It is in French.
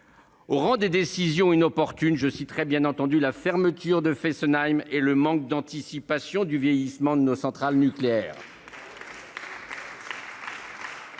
Au rang des décisions inopportunes, je mentionnerai bien entendu la fermeture de la centrale de Fessenheim et le manque d'anticipation du vieillissement de nos centrales nucléaires.